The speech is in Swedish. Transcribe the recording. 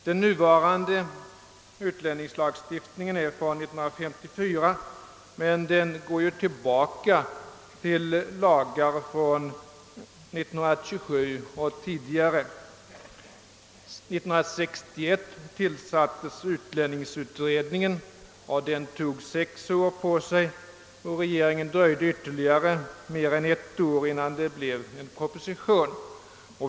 Den nuvarande utlänningslagstiftningen är från 1954 — men den går tillbaka till lagar från 1927 och tidigare. År 1961 tillsattes utlänningsutredningen. Den tog sex år på sig, och regeringen dröjde sedan ytterligare mer än ett år innan den framlade en proposition.